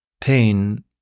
pain